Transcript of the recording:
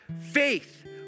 faith